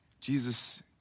Jesus